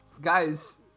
Guys